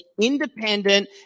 independent